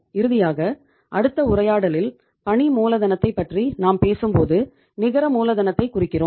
இறுதியாக அடுத்த உரையாடலில் பணி மூலதனத்தை பற்றி நாம் பேசும்போது நிகர மூலதனத்தை குறிக்கிறோம்